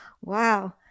wow